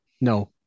No